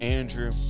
Andrew